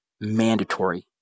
mandatory